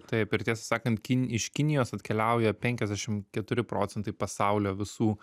taip ir tiesą sakant kin iš kinijos atkeliauja penkiasdešimt keturi procentai pasaulio visų